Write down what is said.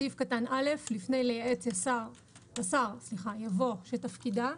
בסעיף קטן (א), לפני "לייעץ לשר" יבוא "שתפקידה"